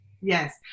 Yes